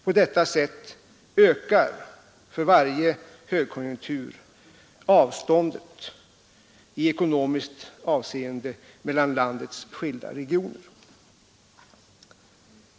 För varje högkonjunktur ökar på det sättet avståndet i ekonomiskt avseende mellan landets skilda regioner.